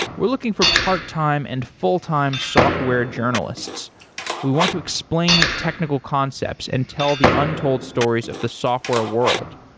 we're looking for part-time and full-time software journalists we want to explain technical concepts and tell the untold stories of the software world.